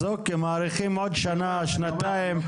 אז אוקיי, מאריכים עוד שנה, שנתיים.